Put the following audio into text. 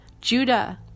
Judah